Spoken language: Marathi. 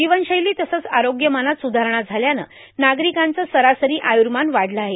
जीवनशैली तसंच आरोग्यमानात सुधारणा झाल्यानं नागरिकांचं सरासरी आयुर्मान वाढलं आहे